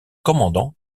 commandant